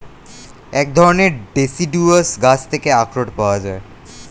এক ধরণের ডেসিডুয়াস গাছ থেকে আখরোট পাওয়া যায়